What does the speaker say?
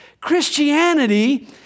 Christianity